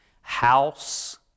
House